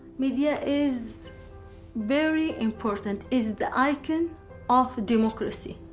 media is very important, is the icon of democracy,